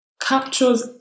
captures